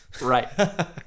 Right